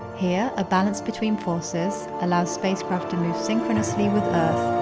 here, a balance between forces, allows spacecraft to move synchronously with earth.